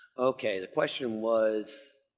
okay, the question was